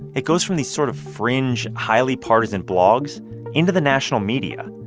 it goes from these sort of fringe, highly-partisan blogs into the national media.